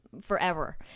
forever